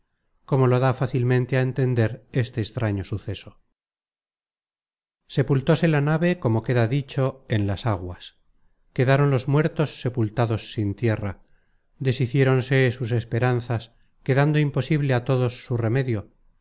como lo da fácilmente á entender este extraño suceso sepultóse la nave como queda dicho en las aguas quedaron los muertos sepultados sin tierra deshiciéronse sus esperanzas quedando imposible a todos su remedio